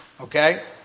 Okay